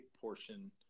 portion